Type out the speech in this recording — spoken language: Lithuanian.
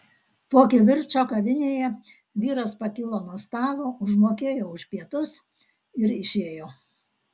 po kivirčo kavinėje vyras pakilo nuo stalo užmokėjo už pietus ir išėjo